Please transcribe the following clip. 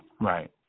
Right